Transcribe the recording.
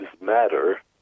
Matter